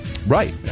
Right